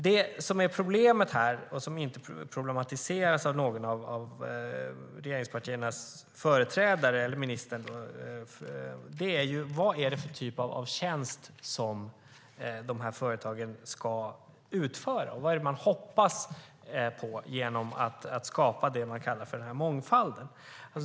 Det som är problemet här och som inte problematiseras av någon av regeringspartiernas företrädare eller ministern är vad det är för typ av tjänst de här företagen ska utföra. Vad är det man hoppas på genom att skapa det man kallar mångfald?